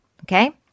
okay